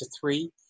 three